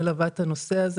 אני מלווה את הנושא הזה.